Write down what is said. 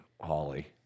Holly